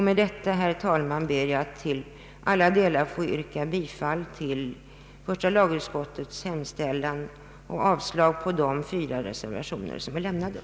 Med detta, herr talman, ber jag att till alla delar få yrka bifall till första lagutskottets hemställan och att få yrka avslag på de fyra reservationer som avgivits.